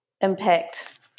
impact